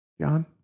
John